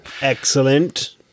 Excellent